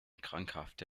krankhafte